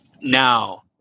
Now